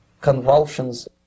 convulsions